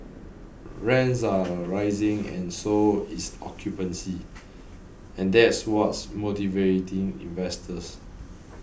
rents are rising and so is occupancy and that's what's motivating investors